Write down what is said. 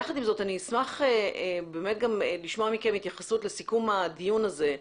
יחד עם זאת אני אשמח לשמוע מכם התייחסות לסיכום הדיון הזה,